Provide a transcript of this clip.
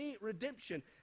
redemption